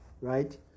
Right